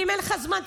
ואם אין לך זמן,